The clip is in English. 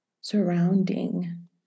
Surrounding